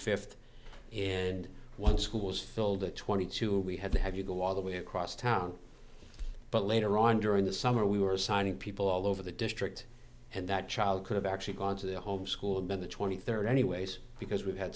fifth and one schools filled a twenty two we had to have you go all the way across town but later on during the summer we were signing people all over the district and that child could have actually gone to the home school in the twenty third anyways because we've had